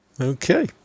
Okay